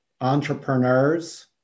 entrepreneurs